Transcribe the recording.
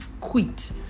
quit